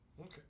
Okay